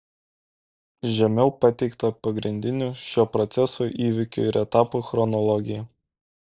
žemiau pateikta pagrindinių šio proceso įvykių ir etapų chronologija